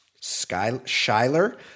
Schuyler